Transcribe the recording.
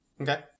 Okay